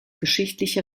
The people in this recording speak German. geschichtliche